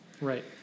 Right